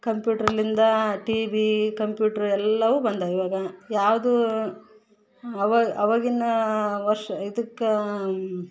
ಕಂಪ್ಯೂಟರ್ಲಿಂದ T V computer ಎಲ್ಲವು ಬಂದಾವ ಇವಾಗ ಯಾವುದು ಆವಾ ಆವಾಗಿನ ವರ್ಷ ಇದಕ್ಕೆ